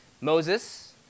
Moses